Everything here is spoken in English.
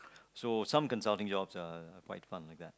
so some consulting jobs are quite fun like that